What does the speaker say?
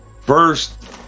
First